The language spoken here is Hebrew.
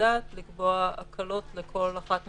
דעת לקבוע הקלות לכל אחת מההגבלות,